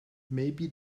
maybe